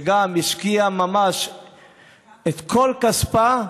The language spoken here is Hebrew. שהשקיעה את כל כספה,